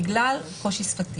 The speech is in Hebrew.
בגלל קושי שפתי.